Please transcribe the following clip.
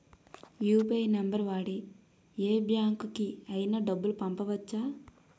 UPI number వాడి యే బ్యాంకుకి అయినా డబ్బులు పంపవచ్చ్చా?